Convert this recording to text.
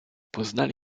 poznali